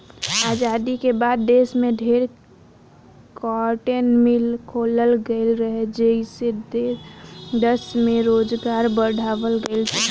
आजादी के बाद देश में ढेरे कार्टन मिल खोलल गईल रहे, जेइसे दश में रोजगार बढ़ावाल गईल रहे